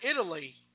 Italy